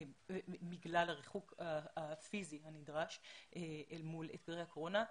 בגלל הריחוק הפיזי הנדרש אל מול אתגרי הקורונה.